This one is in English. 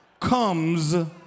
comes